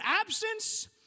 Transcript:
absence